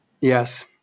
yes